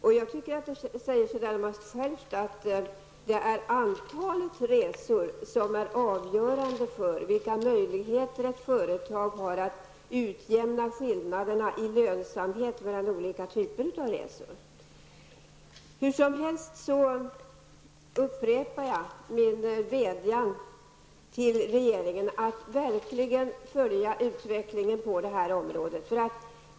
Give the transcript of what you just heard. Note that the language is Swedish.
Det säger sig självt att det är antalet resor som är avgörande för vilka möjligheter ett företag har att utjämna skillnaderna i lönsamhet mellan olika typer av resor. Hur som helst upprepar jag min vädjan till regeringen att verkligen följa utvecklingen på detta område.